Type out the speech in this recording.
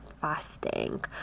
fasting